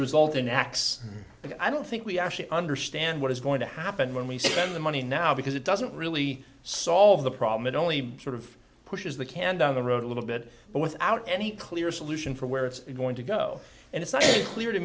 result in x but i don't think we actually understand what is going to happen when we spend the money now because it doesn't really solve the problem it only sort of pushes the can down the road a little bit but without any clear solution for where it's going to go and it's not clear to